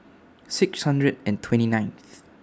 six hundred and twenty ninth